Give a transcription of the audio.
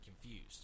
confused